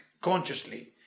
consciously